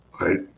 right